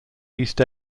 east